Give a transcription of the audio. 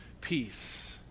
Peace